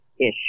ish